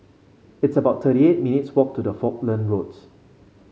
it's about thirty eight minutes' walk to the Falkland Roads